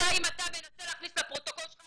אם אתה מנסה להכניס לפרוטוקול שלך,